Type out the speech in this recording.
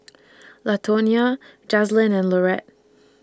Latonia Jazlynn and Laurette